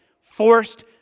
forced